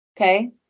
okay